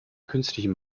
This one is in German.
künstlichen